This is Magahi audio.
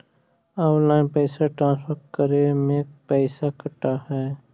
ऑनलाइन पैसा ट्रांसफर करे में पैसा कटा है?